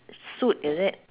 suit is it